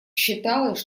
считалось